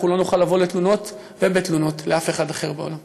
אנחנו לא נוכל לבוא בתלונות לאף אחד אחר בעולם.